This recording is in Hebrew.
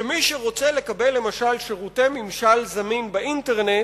שמי שרוצה לקבל למשל שירותי ממשל זמין באינטרנט,